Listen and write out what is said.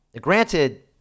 granted